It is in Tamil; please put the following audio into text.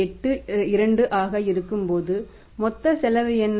82 ஆக இருக்கும்போது மொத்த செலவு என்ன